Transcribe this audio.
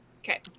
Okay